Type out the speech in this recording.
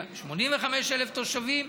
85,000 תושבים.